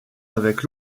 avec